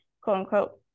quote-unquote